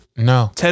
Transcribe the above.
No